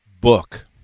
book